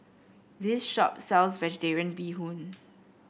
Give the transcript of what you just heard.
this shop sells vegetarian Bee Hoon